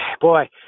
Boy